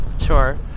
Sure